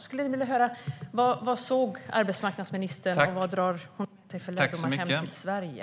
Jag skulle vilja höra vad arbetsmarknadsministern såg och vilka lärdomar hon tar med sig hem till Sverige.